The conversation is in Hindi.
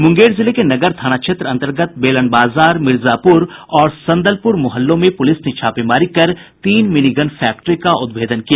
मुंगेर जिले के नगर थाना क्षेत्र अंतर्गत बेलन बाजार मिर्जापुर और संदलपुर मुहल्लों में पूलिस ने छापेमारी कर तीन मिनीगन फैक्ट्री का उद्भेदन किया